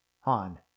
Han